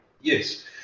Yes